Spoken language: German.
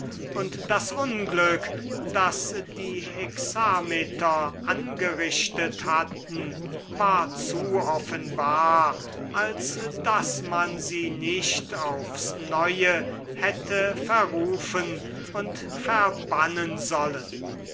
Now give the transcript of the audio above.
und das unglück das die hexameter angerichtet hatten war zu offenbar als daß man sie nicht aufs neue hätte verrufen und verbannen sollen